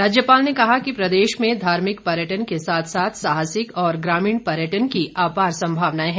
राज्यपाल ने कहा कि प्रदेश में धार्मिक पर्यटन के साथ साथ साहसिक और ग्रामीण पर्यटन की अपार संभावनाए हैं